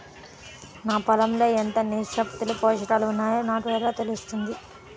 నా పొలం లో ఎంత నిష్పత్తిలో పోషకాలు వున్నాయో నాకు ఎలా తెలుస్తుంది?